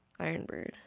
Ironbird